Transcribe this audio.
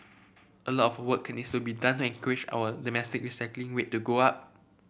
a lot of work needs to be done to encourage our domestic recycling rate to go up